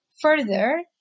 further